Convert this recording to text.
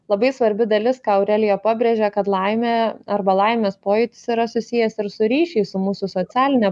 labai svarbi dalis ką aurelija pabrėžė kad laimė arba laimės pojūtis yra susijęs ir su ryšiais su mūsų socialine